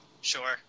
Sure